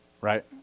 Right